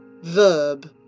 Verb